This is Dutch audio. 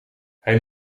hij